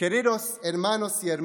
ואחיות יקרים,